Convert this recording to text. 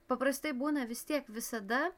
paprastai būna vis tiek visada